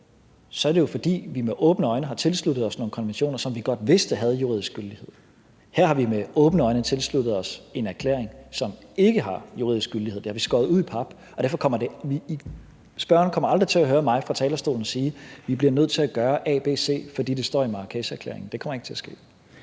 så er det jo, fordi vi med åbne øjne har tilsluttet os nogle konventioner, som vi godt vidste havde juridisk gyldighed. Her har vi med åbne øjne tilsluttet os en erklæring, som ikke har juridisk gyldighed, og det har vi skåret ud i pap. Spørgeren kommer derfor aldrig til at høre mig fra talerstolen sige, at vi bliver nødt til at gøre A, B og C, fordi det står i Marrakesherklæringen. Det kommer ikke til at ske.